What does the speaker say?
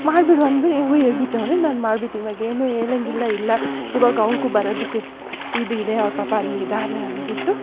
ಮಾಡಿಬಿಡು ಅಂದರು ಹೇಗೂ ಹೇಳ್ಬಿಟ್ಟವ್ರೆ ನಾನು ಮಾಡ್ಬಿಟ್ಟು ಇವಾಗೇನು ಹೇಳಂಗಿಲ್ಲ ಇಲ್ಲ ಇವಾಗ ಅವ್ರಿಗೂ ಬರೋದಕ್ಕೆ ಇದು ಇದೆ ಅವ್ರು ಪಾಪ ಅಲ್ಲಿದ್ದಾರೆ ಅನ್ಬಿಟ್ಟು